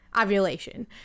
ovulation